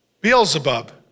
Beelzebub